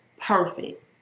perfect